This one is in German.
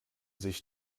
sich